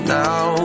now